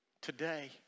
Today